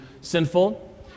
sinful